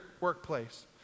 workplace